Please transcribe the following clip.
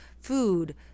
food